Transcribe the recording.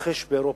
שמתרחש באירופה,